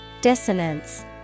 Dissonance